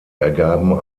ergaben